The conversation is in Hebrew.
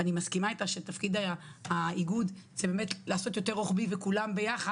ואני מסכימה איתה שתפקיד האיגוד הוא לעשות יותר רוחבי וכולם ביחד,